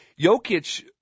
Jokic